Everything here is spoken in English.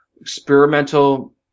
experimental